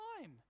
time